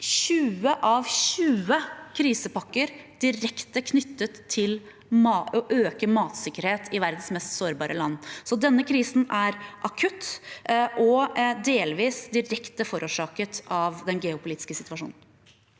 20 av 20 krisepakker direkte for å øke matsikkerheten i verdens mest sårbare land. Så denne krisen er akutt og delvis direkte forårsaket av den geopolitiske situasjonen.